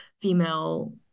female